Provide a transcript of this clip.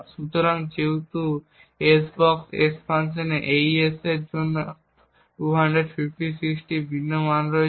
সুতরাং যেহেতু এই s বক্স বা s ফাংশনে AES এর জন্য 256টি ভিন্ন মান রয়েছে